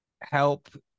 help